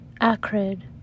acrid